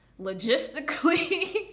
Logistically